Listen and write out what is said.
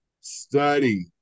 study